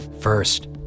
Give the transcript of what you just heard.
First